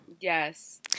yes